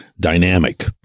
dynamic